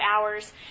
hours